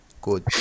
good